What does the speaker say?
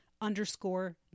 underscore